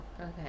okay